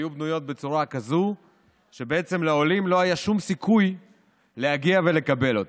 היו בנויות בצורה כזאת שבעצם לעולים לא היה שום סיכוי להגיע ולקבל אותן,